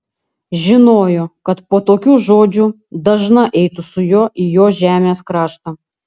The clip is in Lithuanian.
žinojo kad po tokių žodžių dažna eitų su juo į jo žemės kraštą